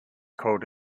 called